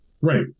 Right